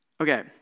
Okay